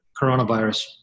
coronavirus